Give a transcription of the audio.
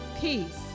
peace